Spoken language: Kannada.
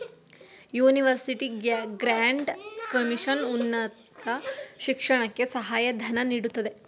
ಯುನಿವರ್ಸಿಟಿ ಗ್ರ್ಯಾಂಟ್ ಕಮಿಷನ್ ಉನ್ನತ ಶಿಕ್ಷಣಕ್ಕೆ ಸಹಾಯ ಧನ ನೀಡುತ್ತದೆ